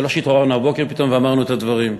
זה לא שהתעוררנו הבוקר פתאום ואמרנו את הדברים.